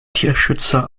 tierschützer